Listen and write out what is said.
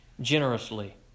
generously